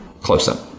close-up